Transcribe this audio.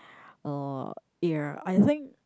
uh ya I think